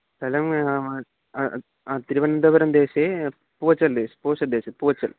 स्थलं तिरुवनन्तपुरं देशे पूचल् देशे पूचल्